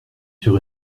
sur